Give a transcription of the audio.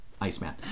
Iceman